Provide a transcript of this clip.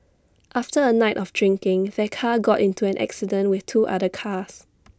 after A night of drinking their car got into an accident with two other cars